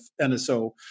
NSO